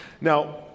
Now